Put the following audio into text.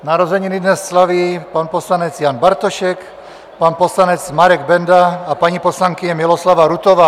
Narozeniny dnes slaví pan poslanec Jan Bartošek, pan poslanec Marek Benda a paní poslankyně Miloslava Rutová.